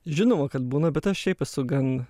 žinoma kad būna bet šiaip esu gan